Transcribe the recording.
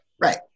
Right